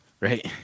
right